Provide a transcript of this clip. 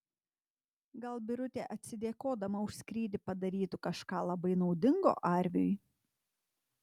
gal birutė atsidėkodama už skrydį padarytų kažką labai naudingo arviui